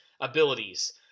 abilities